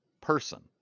person